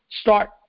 start